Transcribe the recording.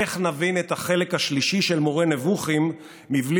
איך נבין את החלק השלישי של מורה נבוכים בלי